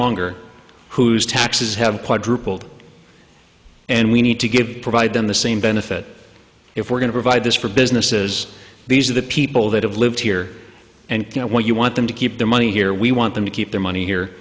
longer whose taxes have quadrupled and we need to give provide them the same benefit if we're going to provide this for businesses these are the people that have lived here and you know when you want them to keep their money here we want them to keep their money here